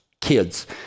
kids